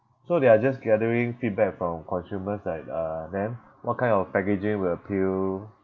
so they are just gathering feedback from consumers like uh then what kind of packaging will appeal